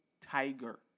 Tiger